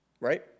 Right